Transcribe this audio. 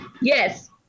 yes